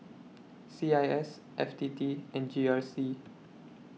C I S F T T and G R C